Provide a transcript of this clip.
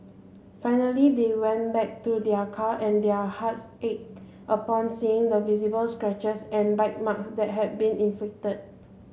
finally they went back to their car and their hearts ached upon seeing the visible scratches and bite marks that had been inflicted